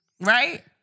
right